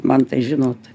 man tai žinot